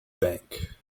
bank